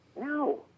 No